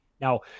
now